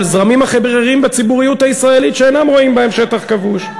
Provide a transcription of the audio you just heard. זרמים אחרים בציבוריות הישראלית שאינם רואים בהם שטח כבוש.